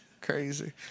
Crazy